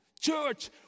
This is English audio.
Church